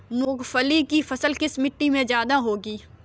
मूंगफली की फसल किस मिट्टी में ज्यादा होगी?